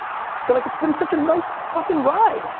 they're like it's been such a nice fucking ride.